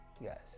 yes